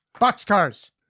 Boxcars